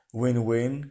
win-win